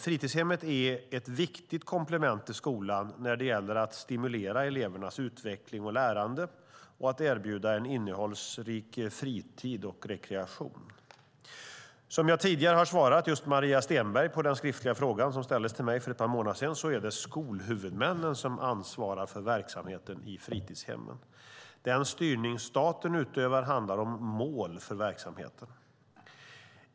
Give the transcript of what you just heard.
Fritidshemmet är ett viktigt komplement till skolan när det gäller att stimulera elevernas utveckling och lärande och att erbjuda en innehållsrik fritid och rekreation. Som jag tidigare har svarat Maria Stenberg på den skriftliga fråga som ställdes till mig för ett par månader sedan är det skolhuvudmännen som ansvarar för verksamheten i fritidshemmen. Den styrning staten utövar handlar om mål för verksamheten.